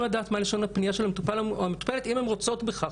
לדעת מה לשון הפנייה של המטופל או המטופלת - אם הן רוצות בכך,